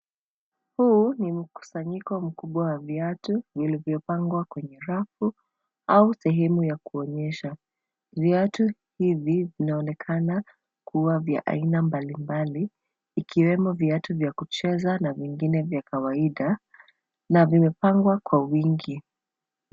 Huu ni mkusanyiko mkubwa wa viatu vilivyopangwa kwenye rafu au sehemu ya kuonyesha. Viatu hivi vinaonekana kuwa vya aina mbalimbali ikiwemo viatu vya kucheza na vingine vya kawaida na vimepangwa kwa wingi.